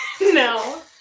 No